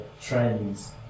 trends